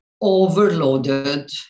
overloaded